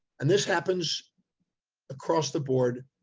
and this happens across the board.